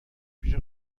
پیش